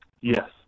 Yes